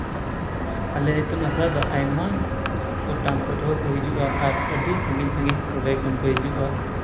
ᱟᱞᱮ ᱤᱛᱩᱱ ᱟᱥᱲᱟ ᱫᱚ ᱟᱭᱢᱟ ᱜᱚᱴᱟᱝ ᱯᱟᱹᱴᱷᱩᱣᱟᱹ ᱠᱚ ᱦᱤᱡᱩᱜᱼᱟ ᱟᱨ ᱟᱹᱰᱤ ᱥᱟᱹᱜᱤᱧ ᱥᱟᱹᱜᱤᱧ ᱠᱚᱨᱮ ᱠᱷᱚᱱ ᱠᱚ ᱦᱤᱡᱩᱜᱼᱟ